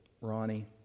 ronnie